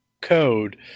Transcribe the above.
code